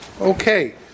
Okay